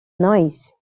noise